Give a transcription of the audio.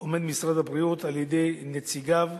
עומד משרד הבריאות על-ידי נציגיו,